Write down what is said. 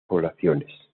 poblaciones